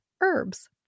herbs